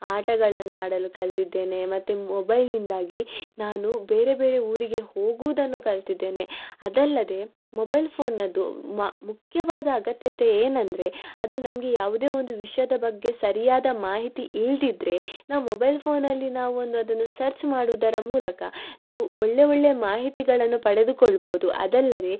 ಆಟಗಳನ್ನಾಡಲು ಕಲಿತಿದ್ದೇನೆ ಮತ್ತು ಮೊಬೈಲ್ನಿಂದಾಗಿ ನಾನು ಬೇರೆ ಬೇರೆ ಊರಿಗೆ ಹೋಗುವುದನ್ನು ಕಲಿತಿದ್ದೇನೆ ಅದಲ್ಲದೇ ಮೊಬೈಲ್ ಫೋನ್ನದ್ದು ಮ ಮುಖ್ಯವಾದ ಅಗತ್ಯತೆ ಏನಂದರೆ ಅದು ನಮಗೆ ಯಾವುದೇ ಒಂದು ವಿಷಯದ ಬಗ್ಗೆ ಸರಿಯಾದ ಮಾಹಿತಿ ಇಲ್ಲದಿದ್ರೆ ನಾವು ಮೊಬೈಲ್ ಫೋನಲ್ಲಿ ನಾವು ಒಂದು ಅದನ್ನು ಸರ್ಚ್ ಮಾಡೋದರ ಮೂಲಕ ನಾವು ಒಳ್ಳೆ ಒಳ್ಳೆ ಮಾಹಿತಿಗಳನ್ನು ಪಡೆದುಕೊಳ್ಬೋದು ಅದಲ್ಲದೇ